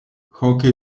hockey